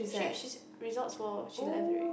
she she's Resorts World she left already